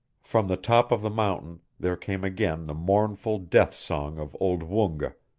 from the top of the mountain there came again the mournful death-song of old woonga,